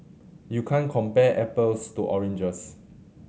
you can't compare apples to oranges